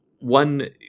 one